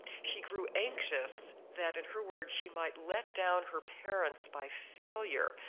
she grew anxious that, in her words, she might, let down her parents by failure.